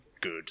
good